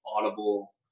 Audible